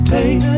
Take